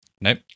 Nope